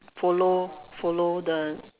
follow follow the